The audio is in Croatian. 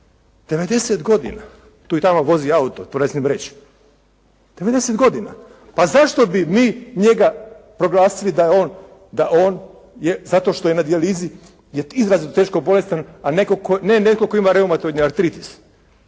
90 godina. Tu i tamo vozi auto. To ne smijem reći. 90 godina. Pa zašto bi mi njega proglasili da on, da on je zato što je na dijalizi je izrazito teško bolestan a netko tko, ne netko tko ima reumatoidni artritis,